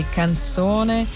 canzone